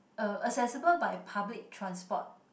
uh accessible by public transport